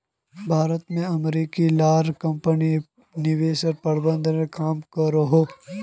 भारत में अमेरिकी ला कम्पनी निवेश प्रबंधनेर काम करोह